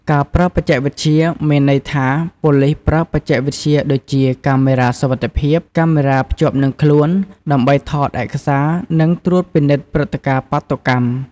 ការប្រើបច្ចេកវិទ្យា មានន័យថា ប៉ូលីសប្រើបច្ចេកវិទ្យាដូចជា កាមេរ៉ាសុវត្ថិភាព , កាមេរ៉ាភ្ជាប់និងខ្លួន ដើម្បីថតឯកសារនិងត្រួតពិនិត្យព្រឹត្តិការណ៍បាតុកម្ម។